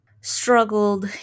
struggled